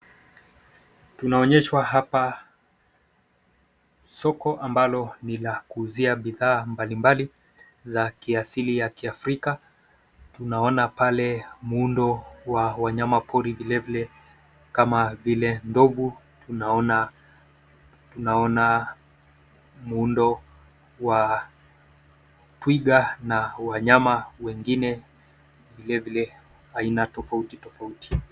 Tunaonyeshwa hapa soko ambalo ni la kuuzia bidhaa mbalimbali la kiasili ya kiafrika. Tunaona pale muundo wa wanyama pori vilevile kama vile ndovu, tunaona muundo wa twiga na wanyama wengi vilevile aina tofauti tofauti.